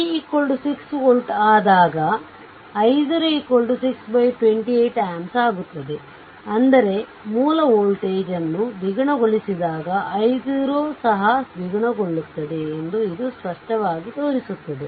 v 6 volt ಆದಾಗ i0 628amps ಆಗುತ್ತದೆ ಅಂದರೆ ಮೂಲ ವೋಲ್ಟೇಜ್ ಅನ್ನು ದ್ವಿಗುಣಗೊಳಿಸಿದಾಗ i0 ಸಹ ದ್ವಿಗುಣಗೊಳ್ಳುತ್ತದೆ ಎಂದು ಇದು ಸ್ಪಷ್ಟವಾಗಿ ತೋರಿಸುತ್ತದೆ